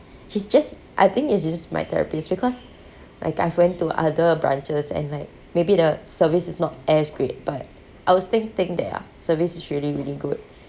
she's just I think it's just my therapist because like I've went to other branches and like maybe the service is not as great but I would still think their service is really really good